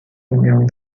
unión